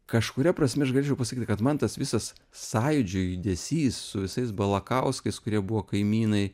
kažkuria prasme aš galėčiau pasakyti kad man tas visas sąjūdžio judesys su visais balakauskais kurie buvo kaimynai